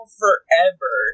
forever